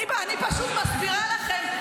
אני פשוט מסבירה לכם.